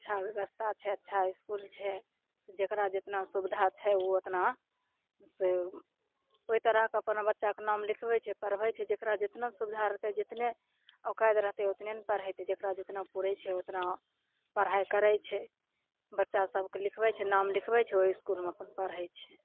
अच्छा व्यवस्था छै अच्छा इसकुल छै जकरा जेतना सुविधा छै उ ओतना से ओइ तरहके अपन बच्चाके नाम लिखबय छै पढ़बय छै जकरा जेतना सुविधा रहतय जेतने ओकादि रहतय ओतने ने पढेतय जकरा जेतना पुरय छै ओकरा ओतना पढ़ाइ करै छै बच्चा सबके लिखबय छै नाम लिखबय छै ओइ इसकुलमे अपन पढ़य छै